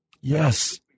Yes